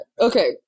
Okay